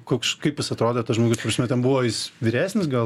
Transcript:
koks kaip jis atrodė tas žmogus prasme ten buvo jis vyresnis gal